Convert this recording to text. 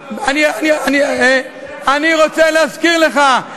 סליחה, אני רוצה להזכיר לך,